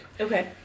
Okay